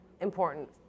important